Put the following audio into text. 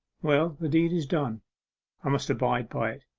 well, the deed is done i must abide by it.